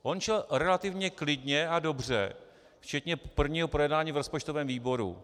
On šel relativně klidně a dobře včetně prvního projednání v rozpočtovém výboru.